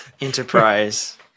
enterprise